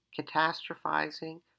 catastrophizing